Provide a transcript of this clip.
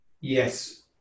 yes